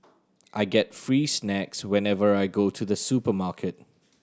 I get free snacks whenever I go to the supermarket